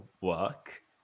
work